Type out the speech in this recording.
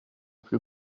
plus